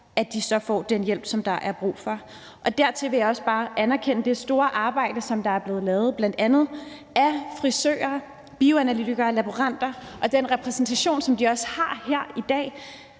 til vi får rejst her i Folketingssalen. Dertil vil jeg også bare anerkende det store arbejde, som der er blevet lavet, bl.a. af frisører, bioanalytikere, laboranter og den repræsentation, som de også har her i dag